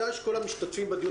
כדאי שכל המשתתפים בדיון,